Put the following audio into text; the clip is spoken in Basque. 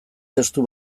testu